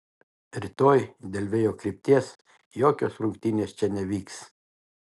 rytoj dėl vėjo krypties jokios rungtynės čia nevyks